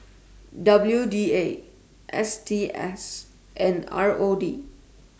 W D A S T S and R O D